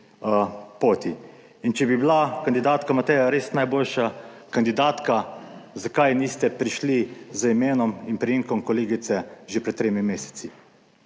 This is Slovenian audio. poti. In če bi bila kandidatka Mateja res najboljša kandidatka, zakaj niste prišli z imenom in priimkom kolegice že pred tremi meseci,